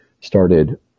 started